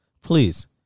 Please